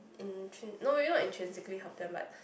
intrin~ no maybe not intrinsically help them but